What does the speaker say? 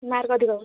mark ଅଧିକ ହେବ